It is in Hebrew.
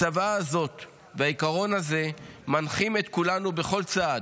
הצוואה הזאת והעיקרון הזה מנחים את כולנו בכל צעד,